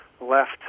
left